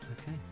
Okay